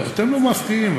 אתם לא מפריעים,